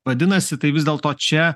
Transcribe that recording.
vadinasi tai vis dėlto čia